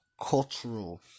cultural